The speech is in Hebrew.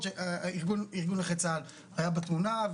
נכון שארגון נכי צה"ל היה בתמונה,